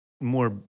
more